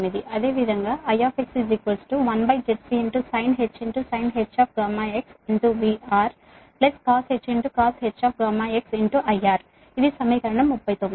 అదేవిధంగా Ix1Zc sinh γxVRcosh γxIR ఇది సమీకరణం 39 సరేనా